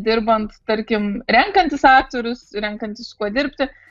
dirbant tarkim renkantis aktorius renkantis su kuo dirbti